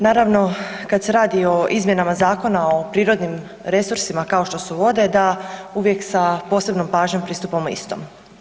Naravno, kad se radi o izmjenama zakona o prirodnim resursima kao što vode, da uvijek sa posebnom pažnjom pristupamo istom.